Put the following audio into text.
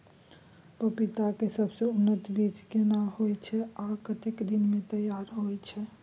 पपीता के सबसे उन्नत बीज केना होयत छै, आ कतेक दिन में तैयार होयत छै?